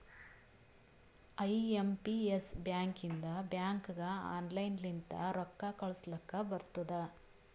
I M P S ಬ್ಯಾಕಿಂದ ಬ್ಯಾಂಕ್ಗ online ಲಿಂತ ರೊಕ್ಕಾ ಕಳೂಸ್ಲಕ್ ಬರ್ತುದ್